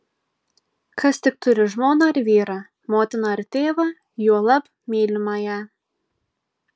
kas tik turi žmoną ar vyrą motiną ar tėvą juolab mylimąją